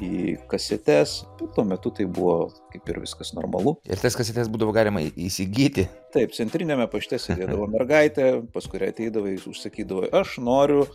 į kasetes tuo metu tai buvo kaip ir viskas normalu ir tas kasetes būdavo galima įsigyti taip centriniame pašte sėdėdavo mergaitė paskui ir ateidavai užsakydavai aš noriu